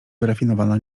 wyrafinowana